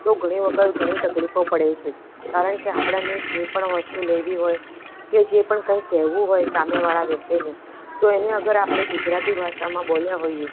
તો ઘણી વખત ઘણી તકલીફો પડે છે કારણ કે જે પણ વસ્તુ લેવી હોય કે જે પણ કંઈ કહેવું હોય સામેવાળા વ્યક્તિને તો એને અગર આપણે ગુજરાતી ભાષામાં બોલ્યા હોઈએ